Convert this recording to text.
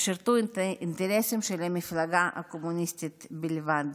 הם שירתו את האינטרסים של המפלגה הקומוניסטית בלבד.